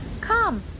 Come